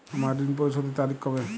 আমার ঋণ পরিশোধের তারিখ কবে?